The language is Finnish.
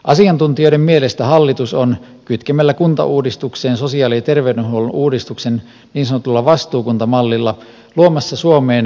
asiantuntijoiden mielestä hallitus on kytkemällä kuntauudistukseen sosiaali ja terveydenhuollon uudistuksen niin sanotulla vastuukuntamallilla luomassa suomeen kuntarälssin